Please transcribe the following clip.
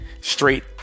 straight